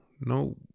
no